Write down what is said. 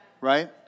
Right